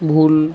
ভুল